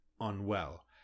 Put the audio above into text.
unwell